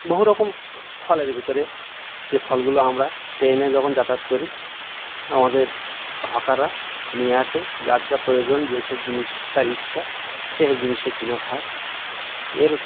বহু রকম ফল এর ভিতরে সে ফলগুলো আমরা ট্রেনে যখন যাতায়াত করি আমাদের হকাররা নিয়ে আসে যার যা প্রয়োজন যেসব জিনিস তার ইচ্ছা সেসব জিনিস সে কিনে খায় এর